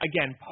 again